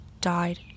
died